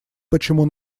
почему